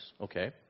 Okay